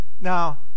now